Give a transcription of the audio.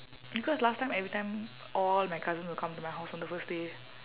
because last time every time all my cousins will come to my house on the first day